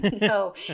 no